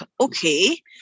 okay